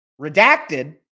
redacted